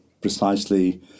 precisely